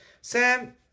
Sam